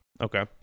Okay